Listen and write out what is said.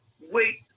wait